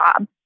job